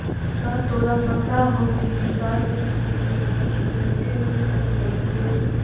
का तोरा पता हो की विकास बैंक में नौकरी कइसे मिल सकलई हे?